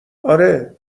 آره